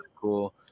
cool